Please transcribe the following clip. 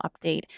update